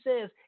says